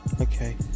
Okay